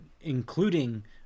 including